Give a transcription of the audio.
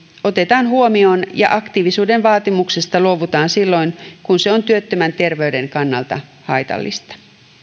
otetaan huomioon ja aktiivisuuden vaatimuksesta luovutaan silloin kun se on työttömän terveyden kannalta haitallista